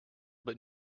but